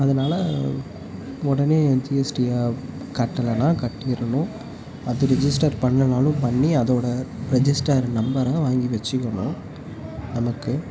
அதனால் உடனே ஜிஎஸ்டியை கட்டலைன்னா கட்டிடணும் அது ரிஜிஸ்டர் பண்ணலைன்னாலும் பண்ணி அதோடய ரிஜிஸ்டர் நம்பரை வாங்கி வெச்சுக்கணும் நமக்கு